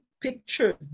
pictures